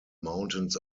mountains